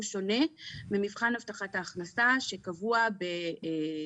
הוא שונה ממבחן הבטחת ההכנסה שקבוע בכללים